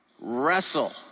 wrestle